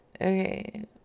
Okay